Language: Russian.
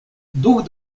дух